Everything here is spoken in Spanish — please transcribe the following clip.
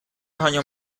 años